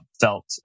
felt